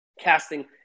casting